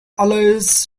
always